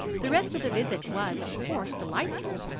the rest of the visit was, of course, delightful,